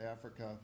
Africa